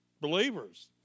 believers